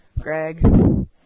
Greg